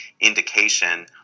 indication